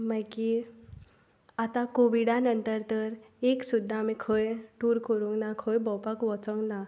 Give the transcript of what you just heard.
मागीर आतां कोविडा नंतर तर एक सुद्दां आमी खंय टूर करूंक ना खंय भोंवपाक वचूंक ना